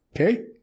Okay